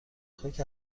خاک